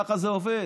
ככה זה עובד,